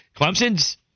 Clemson's